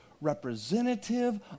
representative